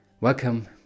Welcome